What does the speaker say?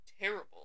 terrible